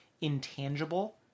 intangible